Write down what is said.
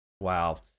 Wow